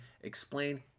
explain